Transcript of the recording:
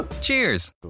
Cheers